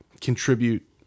contribute